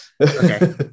Okay